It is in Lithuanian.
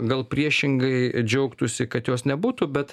gal priešingai džiaugtųsi kad jos nebūtų bet